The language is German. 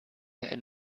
der